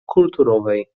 kulturowej